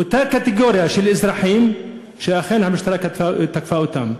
אותה קטגוריה של אזרחים שאכן המשטרה תקפה אותם.